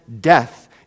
death